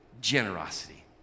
generosity